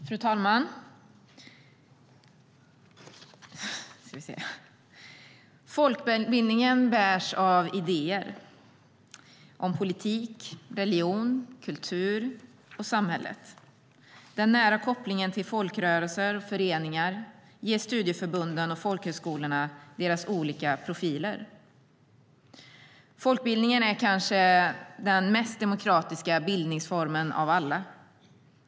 Fru talman! Folkbildningen bärs av idéer, om politik, religion, kultur och samhälle. Den nära kopplingen till folkrörelser och föreningar ger studieförbunden och folkhögskolorna deras olika profiler. Folkbildningen är kanske den mest demokratiska bildningsformen av alla.